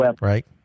right